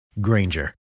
Granger